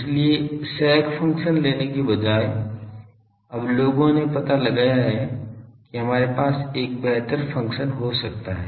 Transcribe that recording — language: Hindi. इसलिए sec फ़ंक्शन लेने के बजाय अब लोगों ने पता लगाया है कि हमारे पास एक बेहतर फ़ंक्शन हो सकता है